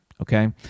okay